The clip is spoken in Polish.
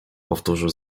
powtórzył